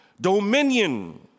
Dominion